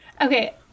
Okay